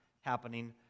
happening